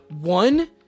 one